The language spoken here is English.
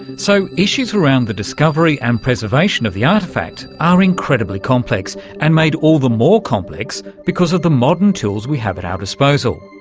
so issues around the discovery and preservation of the artefact are incredibly complex and made all the more complex because of the modern tools we have at our disposal.